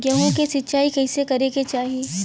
गेहूँ के सिंचाई कइसे करे के चाही?